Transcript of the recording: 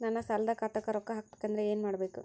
ನನ್ನ ಸಾಲದ ಖಾತಾಕ್ ರೊಕ್ಕ ಹಾಕ್ಬೇಕಂದ್ರೆ ಏನ್ ಮಾಡಬೇಕು?